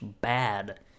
bad